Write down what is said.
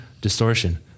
distortion